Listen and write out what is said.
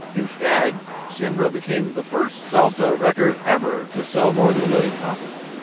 instead sambora became the first salsa record ever to sell more than a million copies.